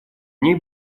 ней